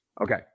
Okay